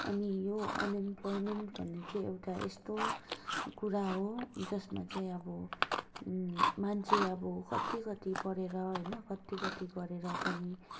अनि यो अनइम्प्लोइमेन्ट भन्ने चाहिँ एउटा यस्तो कुरा हो जसमा चाहिँ अब मान्छे अब कति कति पढेर होइन कति कति गरेर पनि